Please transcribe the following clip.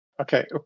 okay